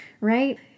right